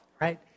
right